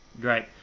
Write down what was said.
Great